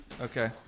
Okay